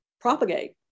propagate